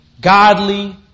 Godly